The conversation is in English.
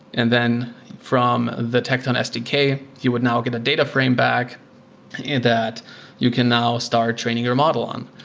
and then from the tecton sdk, you would now get a data frame back that you can now start training your model on.